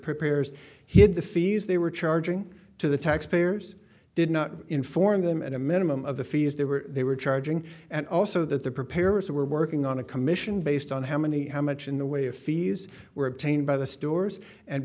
prepares he had the fees they were charging to the taxpayers did not inform them at a minimum of the fees they were they were charging and also that the preparers who were working on a commission based on how many how much in the way of fees were obtained by the stores and